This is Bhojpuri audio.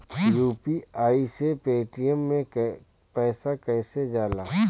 यू.पी.आई से पेटीएम मे पैसा कइसे जाला?